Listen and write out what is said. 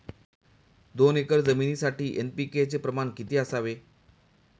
दोन एकर जमीनीसाठी एन.पी.के चे प्रमाण किती असावे?